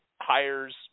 hires